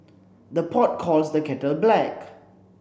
the pot calls the kettle black